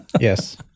Yes